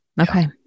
Okay